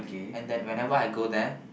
and then whenever I go there